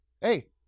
Hey